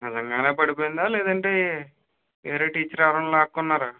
అదేమైనా పడిపోయిందా లేదంటే వేరే టీచర్ ఎవరైనా లాక్కున్నారా